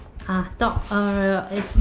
ah talk